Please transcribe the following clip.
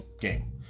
game